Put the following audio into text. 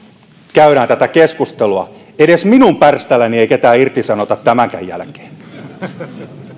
käydään tätä keskustelua edes minun pärställäni ei ketään irtisanota tämänkään jälkeen